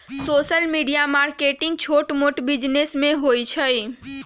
social media marketing छोट मोट business में होई छई